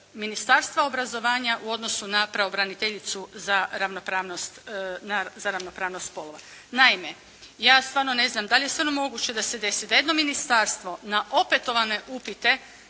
Ministarstva obrazovanja u odnosu na Pravobraniteljicu za ravnopravnost spolova. Naime, ja stvarno ne znam da li je stvarno moguće da se desi da jedno ministarstvo na opetovane upite